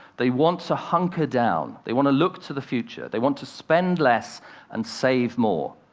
they want to hunker down, they want to look to the future. they want to spend less and save more.